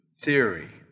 theory